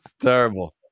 Terrible